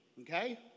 Okay